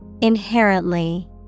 inherently